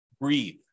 breathe